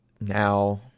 now